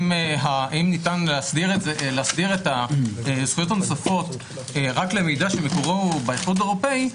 אם ניתן להסדיר את הזכויות הנוספות רק למידע שמקורו באיחוד האירופאי,